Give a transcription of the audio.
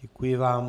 Děkuji vám.